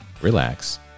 relax